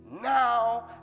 now